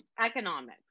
economics